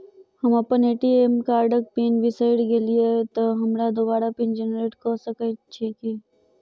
हम अप्पन ए.टी.एम कार्डक पिन बिसैर गेलियै तऽ हमरा दोबारा पिन जेनरेट कऽ सकैत छी की?